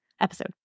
episode